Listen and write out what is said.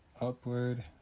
upward